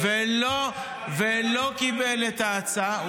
--- לא קיבל את ההצעה.